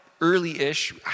early-ish